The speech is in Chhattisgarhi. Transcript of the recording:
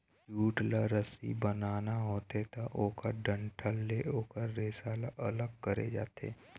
जूट ल रस्सी बनाना होथे त ओखर डंठल ले ओखर रेसा ल अलग करे जाथे